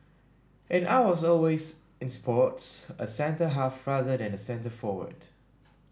and I was always in sports a centre half rather than centre forward